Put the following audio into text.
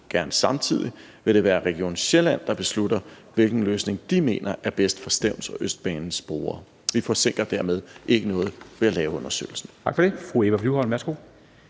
gerne samtidig, vil det være Region Sjælland, der beslutter, hvilken løsning de mener er bedst for Stevns og Østbanens brugere. Vi forsinker dermed ikke noget ved at lave undersøgelsen.